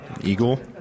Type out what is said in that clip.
eagle